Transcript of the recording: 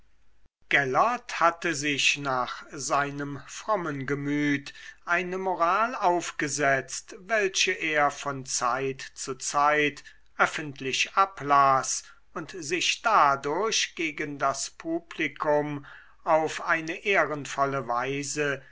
gellert hatte sich nach seinem frommen gemüt eine moral aufgesetzt welche er von zeit zu zeit öffentlich ablas und sich dadurch gegen das publikum auf eine ehrenvolle weise